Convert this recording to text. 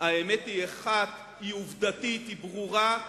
האמת היא אחת, היא עובדתית, היא ברורה: